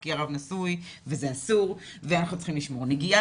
כי הרב נשוי וזה אסור ואנחנו צריכים לשמור נגיעה